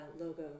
logo